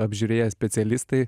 apžiūrėję specialistai